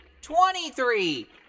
twenty-three